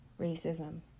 racism